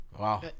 Wow